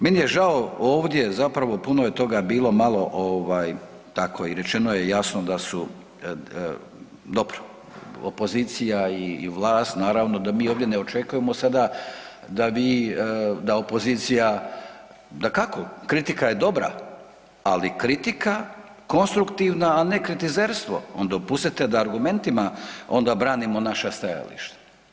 Meni je žao ovdje zapravo puno je toga bilo malo ovaj tako i rečeno je jasno da su, dobro, opozicija i vlast naravno da mi ovdje ne očekujemo sada da vi, da opozicija, dakako kritika je dobra, ali kritika konstruktivna a ne kritizerstvo onda dopustite da argumentima onda branimo naša stajališta.